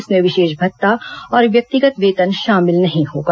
इसमें विशेष भत्ता और व्यक्तिगत वेतन शामिल नहीं होगा